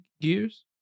gears